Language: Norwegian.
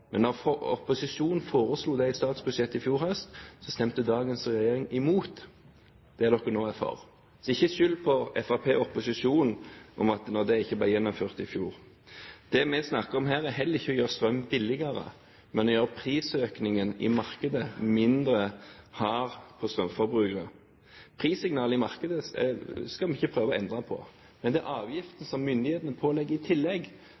opposisjonen foreslo det i statsbudsjettet i fjor høst, stemte representantene for dagens regjering imot det de i dag er for. Så de må ikke skylde på Fremskrittspartiet og opposisjonen for at det ikke ble gjennomført i fjor. Det vi snakker om her, er heller ikke å gjøre strøm billigere, men å gjøre prisøkningen i markedet mindre hard på strømforbruket. Prissignalet i markedet skal vi ikke prøve å endre på. Men det er avgiftene som myndighetene pålegger i tillegg,